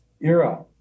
era